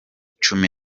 cumi